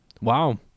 Wow